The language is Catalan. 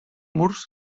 murs